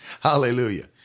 Hallelujah